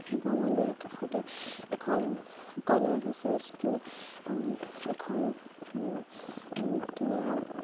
শিৱ মন্দিৰৰ কাষতে এখন কলেজ আছে স্কুল এখন ধুনীয়া